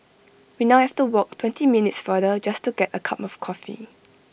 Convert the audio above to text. we now have to walk twenty minutes farther just to get A cup of coffee